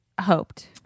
hoped